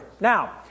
Now